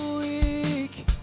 weak